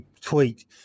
tweet